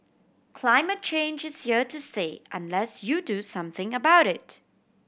climate change is here to stay unless you do something about it